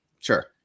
Sure